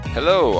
Hello